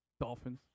Dolphins